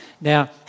Now